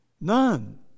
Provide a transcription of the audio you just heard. None